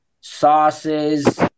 sauces